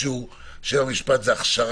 שם המשחק הוא לעודד את הגישור,